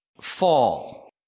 fall